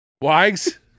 Wags